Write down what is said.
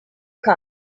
car